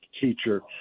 teacher